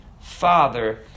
Father